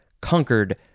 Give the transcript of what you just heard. conquered